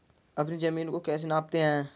अपनी जमीन को कैसे नापते हैं?